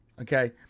Okay